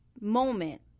moment